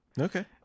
okay